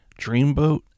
dreamboat